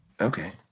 Okay